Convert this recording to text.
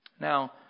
Now